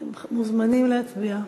אתם מוזמנים להצביע.